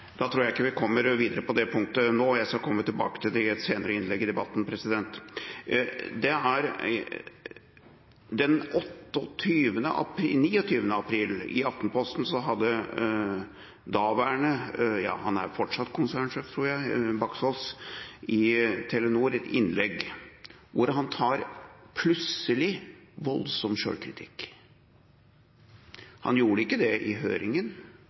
Da tror jeg ikke vi kommer videre på det punktet nå, jeg skal komme tilbake til det i et senere innlegg i debatten. Den 29. april, i Aftenposten, hadde daværende konsernsjef Baksaas – ja han er fortsatt konsernsjef i Telenor, tror jeg – et innlegg, der han plutselig tar voldsom selvkritikk. Han gjorde ikke det i